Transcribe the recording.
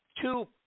two